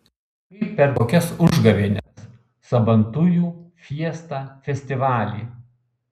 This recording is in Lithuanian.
kaip per kokias užgavėnes sabantujų fiestą festivalį